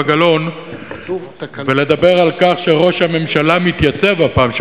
גלאון ולדבר על כך שראש הממשלה מתייצב הפעם,